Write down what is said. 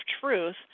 truth